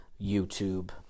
YouTube